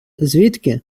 звідки